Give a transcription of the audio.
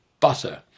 butter